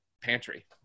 pantry